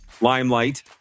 limelight